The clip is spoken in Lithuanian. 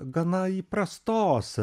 gana įprastos